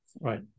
Right